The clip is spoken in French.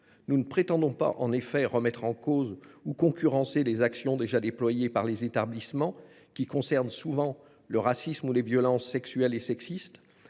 Nous ne prétendons pas, en effet, remettre en cause ou concurrencer les actions déployées par les établissements, qui concernent souvent le racisme ou les violences sexistes et sexuelles